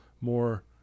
more